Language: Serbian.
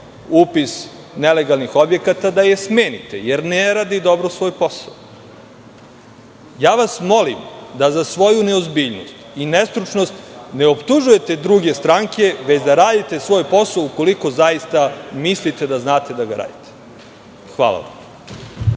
upis nelegalnih objekata, da je smenite, jer ne radi dobro svoj posao. Molim vas da za svoju neozbiljnost i nestručnost, ne optužujete druge stranke, već da radite svoj posao, ukoliko zaista mislite da znate da ga radite. **Vesna